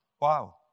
Wow